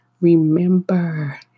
remember